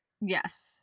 yes